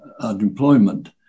unemployment